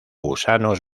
gusanos